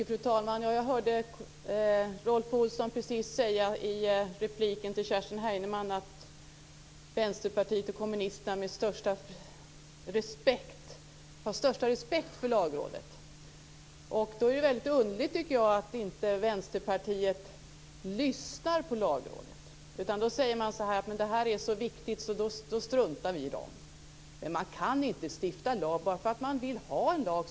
Fru talman! Jag hörde precis Rolf Olsson säga i repliken till Kerstin Heinemann att Vänsterpartiet och kommunisterna har största respekt för Lagrådet. Då är det väldigt underligt, tycker jag, att inte Vänsterpartiet lyssnar på Lagrådet, utan man säger så här: Men det här är så viktigt, så då struntar vi i det. Men man kan inte stifta lag bara för att man vill ha en lag.